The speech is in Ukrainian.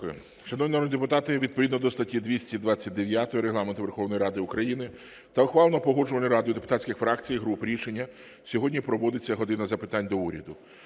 народні депутати, відповідно до статті 229 Регламенту Верховної Ради України та ухваленого Погоджувальною радою депутатських фракцій і груп рішення сьогодні проводиться "година запитань до Уряду".